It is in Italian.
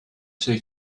sui